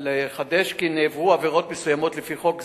כי נעברו עבירות מסוימות לפי חוק זה,